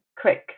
quick